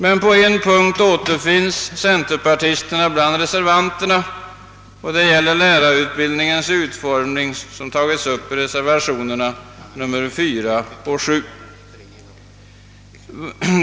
Men på en punkt återfinnes centerpartister bland reservanterna. Det gäller lärarutbildningens utformning, som tagits upp i reservationerna 4 och 7.